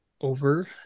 over